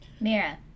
Mira